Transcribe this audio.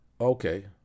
Okay